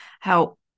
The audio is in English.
help